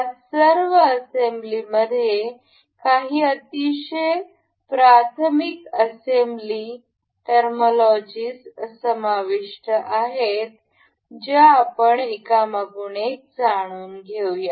या सर्व असेंब्लीमध्ये काही अतिशय प्राथमिक असेंब्ली टर्मोलॉजीज समाविष्ट आहेत ज्या आपण एकामागून एक जाणून घेऊया